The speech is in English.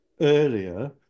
earlier